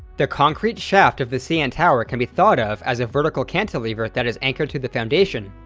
the concrete shaft of the cn tower can be thought of as a vertical cantilever that is anchored to the foundation,